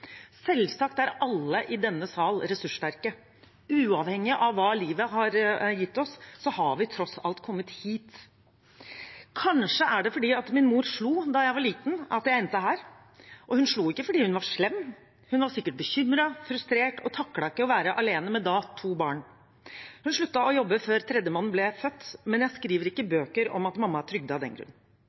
Selvsagt er alle i denne sal ressurssterke. Uavhengig av hva livet har gitt oss, har vi tross alt kommet hit. Kanskje er det fordi min mor slo da jeg var liten, at jeg endte her. Og hun slo ikke fordi hun var slem – hun var sikkert bekymret, frustrert og taklet ikke å være alene med da to barn. Hun sluttet å jobbe før tredjemann ble født, men jeg skriver ikke bøker om at mamma er trygda av den grunn.